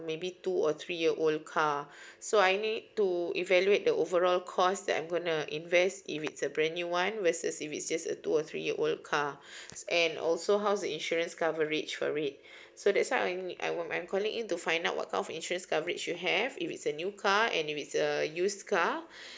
maybe two or three year old car so I need to evaluate the overall cost that I'm gonna invest if it's a brand new one versus if it's just a two or three old car and also how's the insurance coverage for it so that's why I need I were I'm calling in to find out what kind of insurance coverage you have if it's a new car and if it's a used car